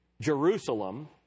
Jerusalem